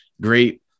great